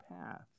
path